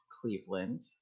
Cleveland